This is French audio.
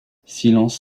silence